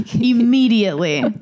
Immediately